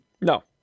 No